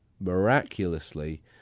miraculously